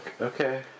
Okay